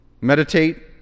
Meditate